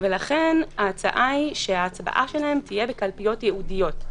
לכן ההצעה היא שההצבעה שלהם תהיה בקלפיות ייעודיות.